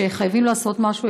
שחייבים לעשות משהו,